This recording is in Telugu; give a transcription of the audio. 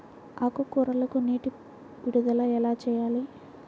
ఆకుకూరలకు నీటి విడుదల ఎలా చేయాలి?